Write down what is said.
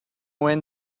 when